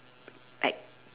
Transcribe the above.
like